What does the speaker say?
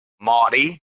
Marty